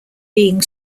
being